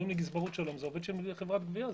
אומרים לי: גזברות שלום זה עובד של חברת גבייה,